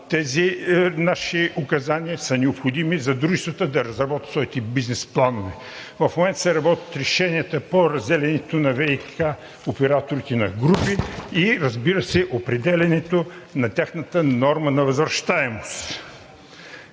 Тези наши указания са необходими за дружествата да разработят своите бизнес планове. В момента се работят решенията по разделянето на ВиК операторите на групи и, разбира се, определянето на тяхната норма на възвръщаемост.